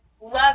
love